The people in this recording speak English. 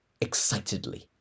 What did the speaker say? excitedly